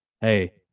hey